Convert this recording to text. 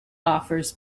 offers